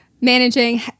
managing